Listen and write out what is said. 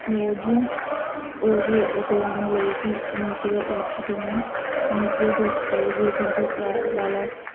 రోజు రోజు ఉదయమే లేసి నీటిగా ఊడ్చుకుని నీటుగా చేసుకోవాలి జిహెచ్ఎంసి వాళ్ళ